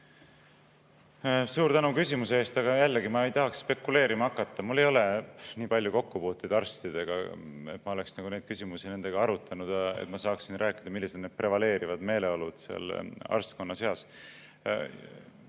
Suur tänu küsimuse eest! Jällegi, ma ei tahaks spekuleerima hakata. Mul ei ole olnud nii palju kokkupuuteid arstidega, et ma oleksin neid küsimusi nendega arutanud ja saaksin rääkida, millised on prevaleerivad meeleolud arstkonna seas.